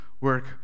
work